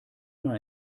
mal